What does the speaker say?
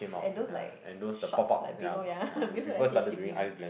and those like shop like below ya below the H_D_B one